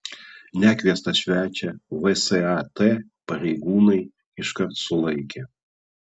nekviestą svečią vsat pareigūnai iškart sulaikė